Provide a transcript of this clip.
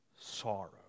sorrow